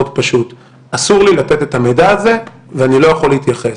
פשוט: אסור לי לתת את המידע הזה ואני לא יכול להתייחס,